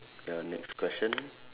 your next question